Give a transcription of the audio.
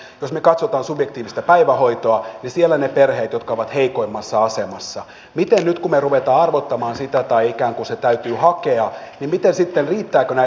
jos me katsomme subjektiivista päivähoitoa ja siellä niitä perheitä jotka ovat heikoimmassa asemassa niin miten on nyt kun me rupeamme arvottamaan sitä tai ikään kuin se täytyy hakea riittävätkö näiden perheiden syyt tulevaisuudessa